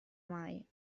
mai